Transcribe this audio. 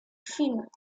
films